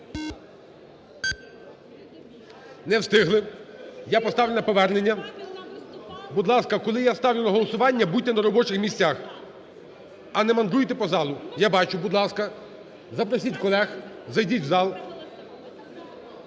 Не встигли, я поставлю на повернення. Будь ласка, коли я ставлю на голосування, будьте на робочих місцях, а не мандруйте по залу. Я бачу. Будь ласка, запросіть колег, зайдіть в зал.